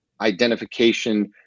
identification